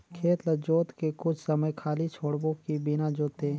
खेत ल जोत के कुछ समय खाली छोड़बो कि बिना जोते?